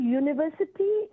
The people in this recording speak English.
university